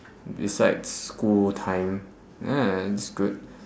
besides school time ah that's good